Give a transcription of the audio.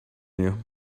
you